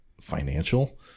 financial